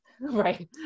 Right